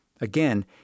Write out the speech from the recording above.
Again